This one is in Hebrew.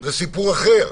זה סיפור אחר.